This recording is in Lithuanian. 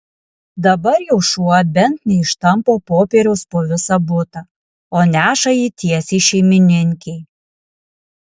dabar jau šuo bent neištampo popieriaus po visą butą o neša jį tiesiai šeimininkei